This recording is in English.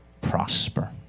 prosper